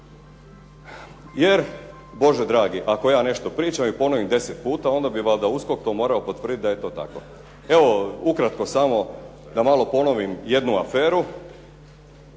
jer Bože dragi, ako ja nešto pričam i ponovim 10 puta, onda bi valjda USKOK to morao potvrditi da je to tako. Evo, ukratko samo da malo ponovim jednu aferu.